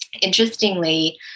Interestingly